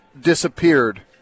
disappeared